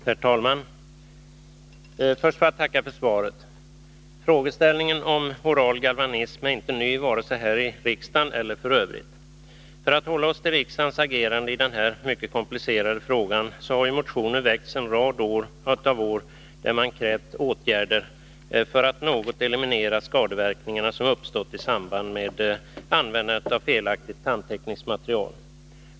Herr talman! Först får jag tacka för svaret. Frågeställningen om oral galvanism är inte ny, vare sig här i riksdagen eller i övrigt. Vad gäller riksdagens agerande i denna mycket komplicerade fråga har ju under en rad av år motioner väckts, där man krävt åtgärder för att eliminera eller minska de skadeverkningar som uppstått i samband med användandet av felaktigt tandtekniskt material.